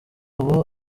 ubu